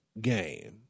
game